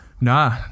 Nah